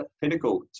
pinnacle